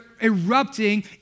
erupting